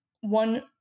one